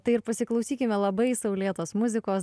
tai ir pasiklausykime labai saulėtos muzikos